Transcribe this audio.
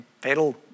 fatal